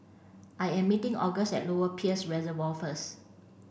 I am meeting August at Lower Peirce Reservoir first